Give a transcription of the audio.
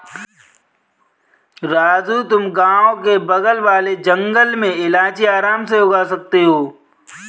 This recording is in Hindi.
राजू तुम गांव के बगल वाले जंगल में इलायची आराम से उगा सकते हो